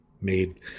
made